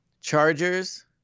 Chargers